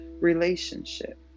relationship